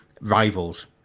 rivals